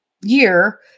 year